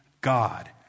God